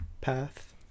path